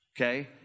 Okay